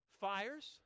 fires